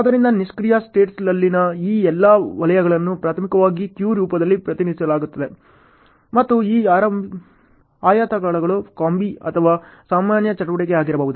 ಆದ್ದರಿಂದ ನಿಷ್ಕ್ರಿಯ ಸ್ಟೇಟ್ಸ್ಳಲ್ಲಿನ ಈ ಎಲ್ಲಾ ವಲಯಗಳನ್ನು ಪ್ರಾಥಮಿಕವಾಗಿ ಕ್ಯೂ ರೂಪದಲ್ಲಿ ಪ್ರತಿನಿಧಿಸಲಾಗುತ್ತದೆ ಮತ್ತು ಈ ಆಯತಗಳು ಕಾಂಬಿ ಅಥವಾ ಸಾಮಾನ್ಯ ಚಟುವಟಿಕೆಯಾಗಿರಬಹುದು